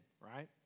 right